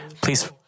Please